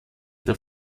der